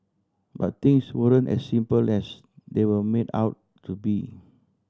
but things weren't as simple as they were made out to be